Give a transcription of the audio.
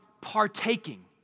partaking